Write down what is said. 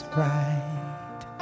right